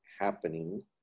happening